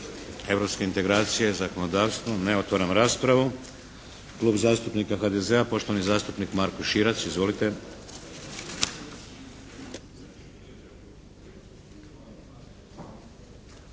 europske integracije, zakonodavstvo? Ne. Otvaram raspravu. Klub zastupnika HDZ-a poštovani zastupnik Marko Širac. Izvolite.